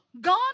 God